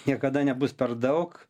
niekada nebus per daug